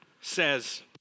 says